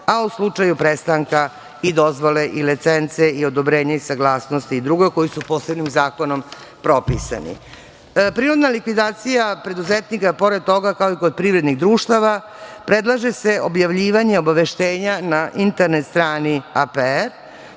a u slučaju prestanka i dozvole i licence i odobrenja i saglasnosti i drugo, koji su posebnim zakonom propisani. Prinudna likvidacija preduzetnika pored toga, kao i kod privrednih društava, predlaže se objavljivanjem obaveštenja na internet strani APR-a